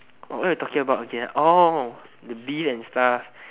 oh what we talking about again ah oh the beef and stuff